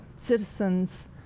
citizens